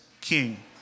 king